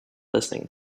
listening